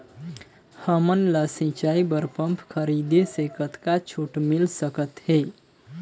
हमन ला सिंचाई बर पंप खरीदे से कतका छूट मिल सकत हे?